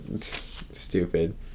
stupid